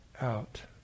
out